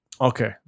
Okay